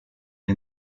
est